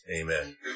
Amen